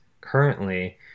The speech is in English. currently